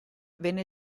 venne